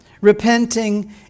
repenting